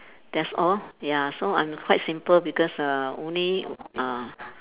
that's all ya so I'm quite simple because uh only uh